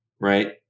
right